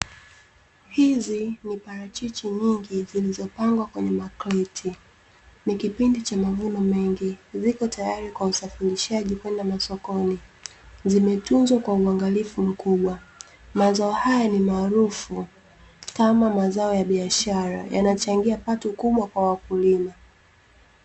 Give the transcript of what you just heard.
Hizi ni parachichi nyingi zilizopangwa kwenye makreti, ni kipindi cha mavuno mengi zikotayari kwa usafirishaji kwenda masokoni zimetunzwa kwa uangalifu mkubwa mazao haya ni maarufu kama mazao ya biashara yanachangia pato kubwa kwa wakulima.